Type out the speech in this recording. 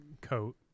coat